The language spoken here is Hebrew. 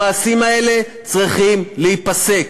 המעשים האלה צריכים להיפסק.